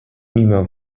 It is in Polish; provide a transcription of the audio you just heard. mimo